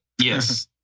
yes